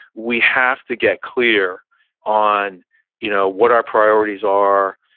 we have to get clear on you know what our priorities are.